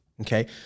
Okay